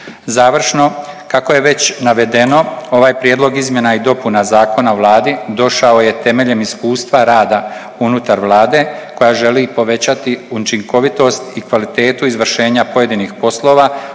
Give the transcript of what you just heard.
Završno kako je već navedeno ovaj prijedlog izmjena i dopuna Zakona o vladi došao je temeljem iskustva rada unutar Vlade koja želi povećati učinkovitost i kvalitetu izvršenja pojedinih poslova